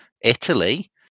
Italy